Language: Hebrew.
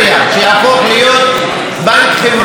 שיהפוך להיות בנק חברתי,